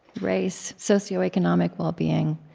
race, socioeconomic well-being.